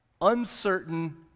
uncertain